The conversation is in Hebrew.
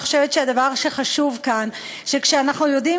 אני חושבת שהדבר שחשוב כאן: כשאנחנו יודעים